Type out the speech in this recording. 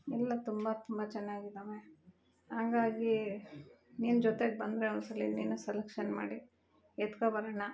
ಎಲ್ಲ ತುಂಬ ತುಂಬ ಚೆನ್ನಾಗಿದ್ದಾವೆ ಹಂಗಾಗೀ ನಿನ್ನ ಜೊತೆಗೆ ಬಂದರೆ ಒಂದುಸಲಿ ನೀನೇ ಸೆಲೆಕ್ಷನ್ ಮಾಡಿ ಎತ್ಕಬರೋಣ